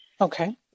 Okay